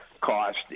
cost